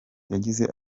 yagize